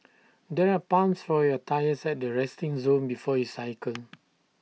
there are pumps for your tyres at the resting zone before you cycle